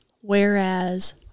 whereas